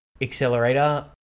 ...accelerator